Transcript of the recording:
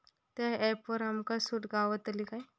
त्या ऍपवर आमका सूट गावतली काय?